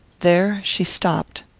there she stopped.